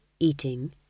eating